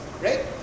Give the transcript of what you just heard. right